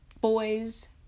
boys